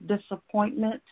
disappointment